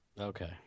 Okay